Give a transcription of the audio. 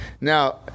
Now